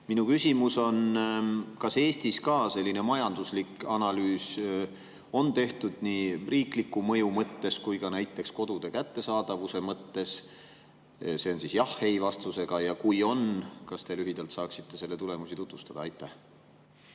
Minu küsimus on: kas Eestis ka selline majanduslik analüüs on tehtud nii riikliku mõju mõttes kui ka näiteks kodude kättesaadavuse mõttes? See on siis jah/ei vastusega. Kui on, siis kas te lühidalt saaksite selle tulemusi tutvustada? Aitäh,